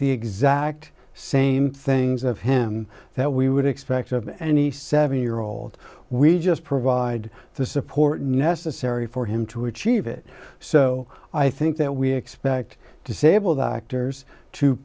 the exact same things of him that we would expect of any seven year old we just provide the support necessary for him to achieve it so i think that we expect disable the actors to